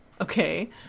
Okay